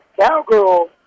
Cowgirl